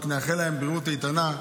רק נאחל להם בריאות איתנה,